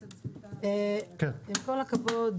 עם כל הכבוד,